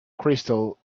crystal